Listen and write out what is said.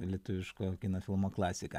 lietuviško kino filmo klasika